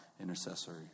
intercessory